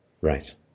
Right